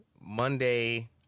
Monday